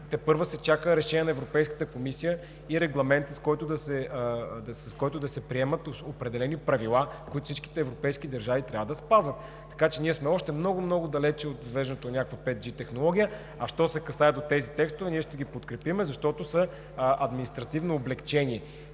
тепърва се чака решение на Европейската комисия и регламент, с който да се приемат определени правила, които всичките европейски държави трябва да спазват. Така че ние сме още много много далеч от въвеждането на някаква 5G технология. А що се касае до тези текстове, ние ще ги подкрепим, защото са административно облекчение